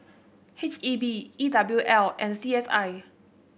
H E B E W L and C S I